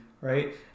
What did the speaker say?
right